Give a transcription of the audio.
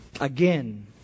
Again